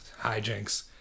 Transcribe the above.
hijinks